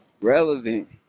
relevant